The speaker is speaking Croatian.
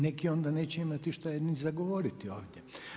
Neki onda neće imati šta ni za govoriti ovdje.